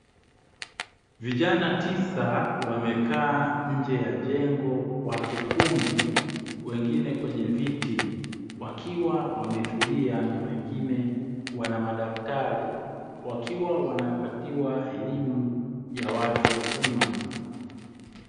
Vijana tisa wamekaa nje ya jengo kwa kikundi, wengine kwenye viti, wakiwa wametulia na wengine wana madaftari wakiwa wanapatiwa elimu ya watu wazima.